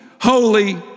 holy